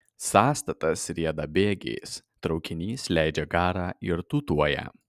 sąstatas rieda bėgiais traukinys leidžia garą ir tūtuoja